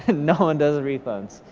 and no one does refunds.